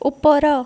ଉପର